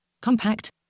compact